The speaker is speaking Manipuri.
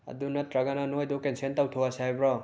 ꯑꯗꯨ ꯅꯇ꯭ꯔꯒꯅ ꯅꯣꯏꯗꯨ ꯀꯦꯟꯁꯦꯟ ꯇꯧꯊꯣꯛꯑꯁꯤ ꯍꯥꯏꯕ꯭ꯔꯣ